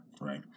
right